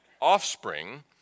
offspring